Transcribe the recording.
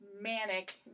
manic